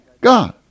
God